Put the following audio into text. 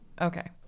Okay